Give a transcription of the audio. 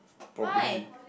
properly